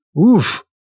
Oof